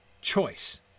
choice